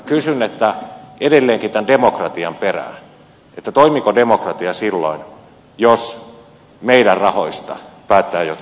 minä kysyn edelleenkin tämän demokratian perään toimiiko demokratia silloin jos meidän rahoista päättävät jotkut muut